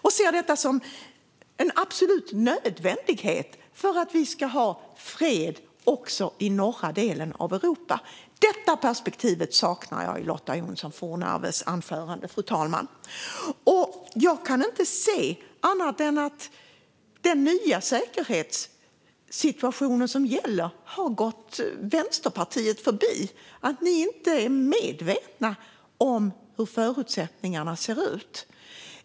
De ser detta som en absolut nödvändighet för att vi ska ha fred också i norra delen av Europa. Det perspektivet saknar jag i Lotta Johnsson Fornarves anförande, fru talman. Jag kan inte se annat än att den nya säkerhetssituationen som gäller har gått Vänsterpartiet förbi och att man inte är medveten om hur förutsättningarna ser ut.